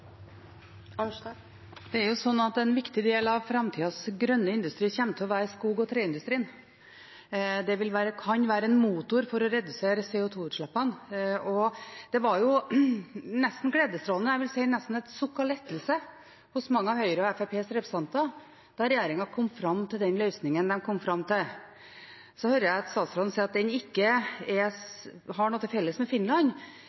Arnstad. Det er jo slik at en viktig del av framtidas grønne industri kommer til å være skog- og treindustrien. Det kan være en motor for å redusere CO2-utslippene. Det var nesten gledesstrålende – jeg vil si nesten et sukk av lettelse – for mange av Høyres og Fremskrittspartiets representanter da regjeringen kom fram til den løsningen den kom fram til. Så hører jeg statsråden si at den ikke